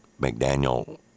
McDaniel